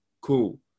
Cool